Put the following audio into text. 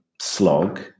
slog